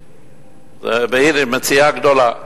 ביידיש זה "מציאה גדולה"